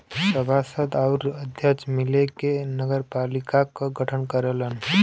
सभासद आउर अध्यक्ष मिलके नगरपालिका क गठन करलन